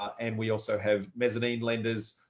and we also have mezzanine lenders,